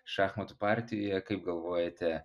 šachmatų partijoje kaip galvojate